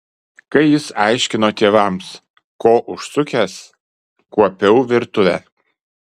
kai jis aiškino tėvams ko užsukęs kuopiau virtuvę